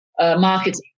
marketing